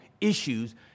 issues